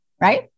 right